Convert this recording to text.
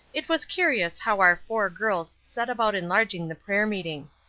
it was curious how our four girls set about enlarging the prayer-meeting.